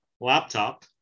laptop